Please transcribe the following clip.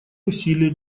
усилия